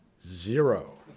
Zero